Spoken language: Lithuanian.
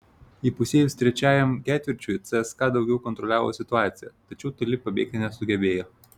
įpusėjus trečiajam ketvirčiui cska daugiau kontroliavo situaciją tačiau toli pabėgti nesugebėjo